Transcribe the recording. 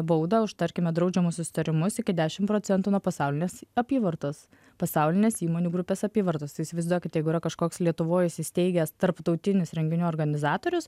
baudą už tarkime draudžiamus susitarimus iki dešimt procentų nuo pasaulinės apyvartos pasaulinės įmonių grupės apyvartos tai įsivaizduokit jeigu yra kažkoks lietuvoj įsisteigęs tarptautinis renginių organizatorius